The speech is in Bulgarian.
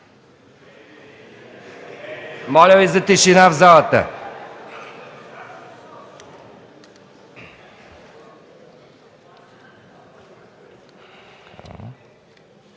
Моля за тишина в залата!